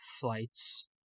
Flights